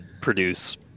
produce